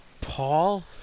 Paul